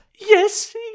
Yes